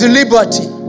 liberty